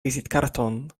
vizitkarton